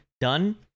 done